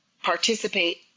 participate